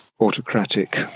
autocratic